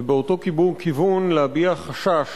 ובאותו כיוון להביע חשש